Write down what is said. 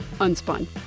unspun